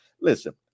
Listen